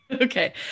Okay